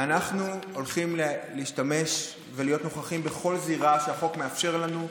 אנחנו הולכים להשתמש ולהיות נוכחים בכל זירה שהחוק מאפשר לנו.